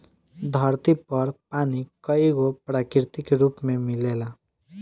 धरती पर पानी कईगो प्राकृतिक रूप में मिलेला